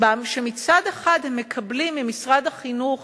עצמם שמצד אחד הם מקבלים ממשרד החינוך